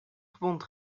gewond